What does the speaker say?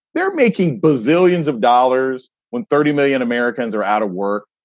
they're making bazillions of dollars. when thirty million americans are out of work.